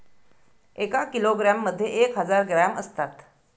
एका किलोग्रॅम मध्ये एक हजार ग्रॅम असतात